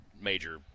major